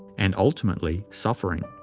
and ultimately suffering.